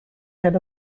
head